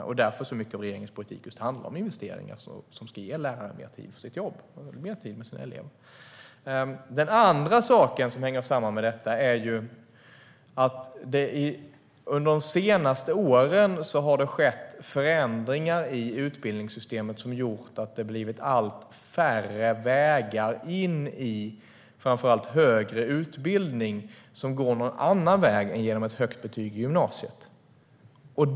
Det är därför som mycket av regeringens politik handlar om just investeringar som ska ge lärare mer tid för sitt jobb och mer tid med sina elever. En annan sak som hänger samman med detta är att det under de senaste åren har skett förändringar i utbildningssystemet som har gjort att det har blivit allt färre vägar in i framför allt högre utbildning, alltså andra vägar än genom ett högt betyg från gymnasiet.